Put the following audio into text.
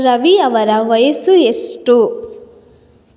ರವಿ ಅವರ ವಯಸ್ಸು ಎಷ್ಟು